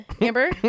Amber